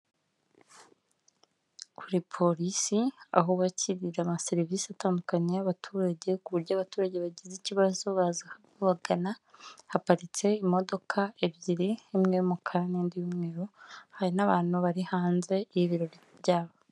Kuri polisi aho bakirira ama serivisi atandukanye y'abaturage, ku buryo abaturage bagize ikibazo bazagana haparitse imodoka ebyiri imwe n'indi umwe hari n'abantu bari hanze y'ibiro byabo.